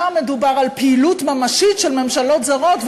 שם מדובר על פעילות ממשית של ממשלות זרות,